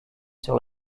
sur